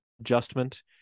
adjustment